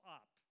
up